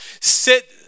sit